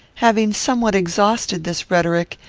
having somewhat exhausted this rhetoric,